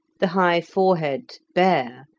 the high forehead bare,